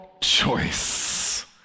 choice